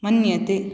मन्यते